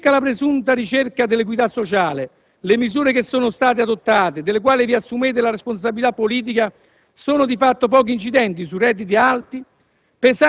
Circa la presunta ricerca dell'equità sociale, le misure che sono state adottate e delle quali vi assumete la responsabilità politica sono di fatto poco incidenti sui redditi alti,